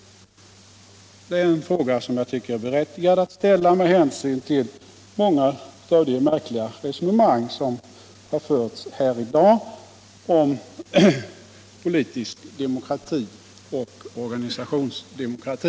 Det är en fråga som jag tycker är berättigad att ställa med hänsyn till många av de märkliga resonemang som har förts här i dag om politisk demokrati och organisationsdemokrati.